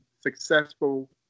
successful